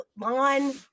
lawn